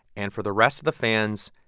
and for the rest of the fans,